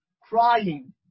crying